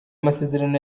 masezerano